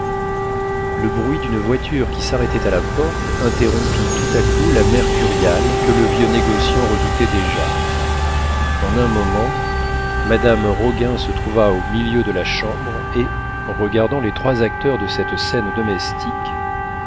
le bruit d'une voiture qui s'arrêtait à la porte interrompit tout à coup la mercuriale que le vieux négociant redoutait déjà en un moment madame roguin se trouva au milieu de la chambre et regardant les trois acteurs de cette scène domestique